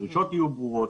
שהדרישות יהיו ברורות,